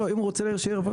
רק שייתן לה לסיים את הסעיף.